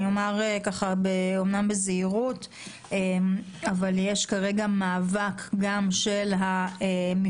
אני אומר אמנם בזהירות אבל יש כרגע מאבק גם של המפעלים